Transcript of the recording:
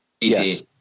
Yes